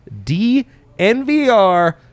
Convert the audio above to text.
dnvr